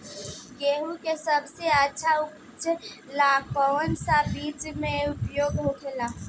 गेहूँ के सबसे अच्छा उपज ला कौन सा बिज के उपयोग होला?